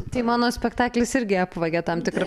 tai mano spektaklis irgi apvagia tam tiktų